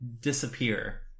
disappear